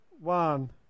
One